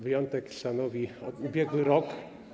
Wyjątek stanowi ubiegły rok.